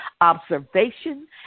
observation